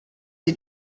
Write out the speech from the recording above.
sie